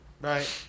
right